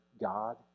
God